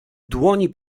dłoni